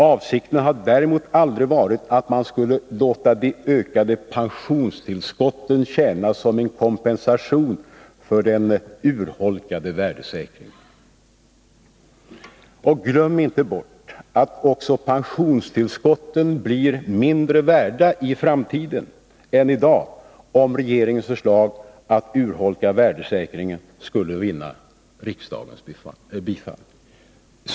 Avsikten har däremot aldrig varit att man skulle låta de ökade pensionstillskotten tjäna som kompensation för en urholkad värdesäkring. Och glöm inte bort att också pensionstillskotten blir mindre värda i framtiden än i dag om regeringens förslag att urholka värdesäkringen skulle vinna riksdagens bifall.